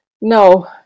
no